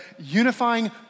unifying